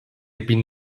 bin